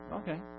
okay